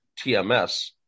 TMS